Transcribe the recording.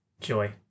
Joy